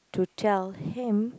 to tell him